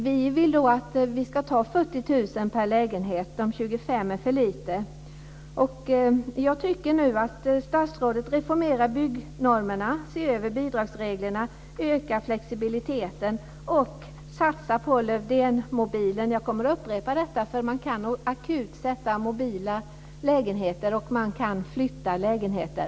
Vi vill att vi ska ta 40 000 kr per lägenhet. De 25 000 är för lite. Jag tycker att statsrådet nu bör reformera byggnormerna, se över bidragsnormerna, öka flexibiliteten och satsa på Lövdénmobilen. Jag kommer att upprepa detta, för man kan akut sätta upp mobila lägenheter, och man kan flytta lägenheter.